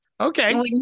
Okay